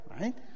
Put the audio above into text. right